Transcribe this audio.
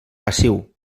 passiu